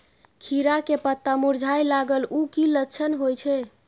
खीरा के पत्ता मुरझाय लागल उ कि लक्षण होय छै?